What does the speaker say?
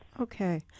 okay